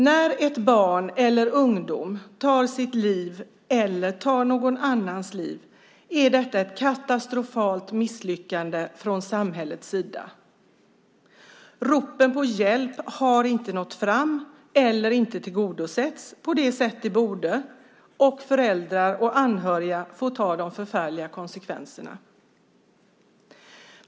När ett barn eller en ung människa tar sitt liv eller någon annans liv är det ett katastrofalt misslyckande från samhällets sida. Ropen på hjälp har inte nått fram eller inte tillgodosetts på det sätt de borde, och föräldrar och anhöriga får ta de förfärliga konsekvenserna.